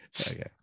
Okay